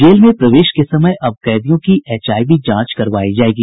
jail में प्रवेश के समय अब कैदियों की एचआईवी जांच करवायी जायेगी